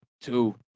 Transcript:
two